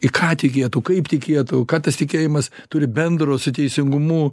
į ką tikėtų kaip tikėtų ką tas tikėjimas turi bendro su teisingumu